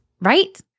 right